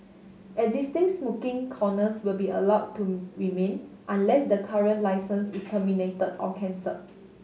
existing smoking corners will be allowed to remain unless the current licence is terminated or cancelled